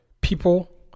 People